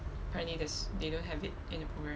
currently there's they don't have it in the program